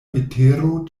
vetero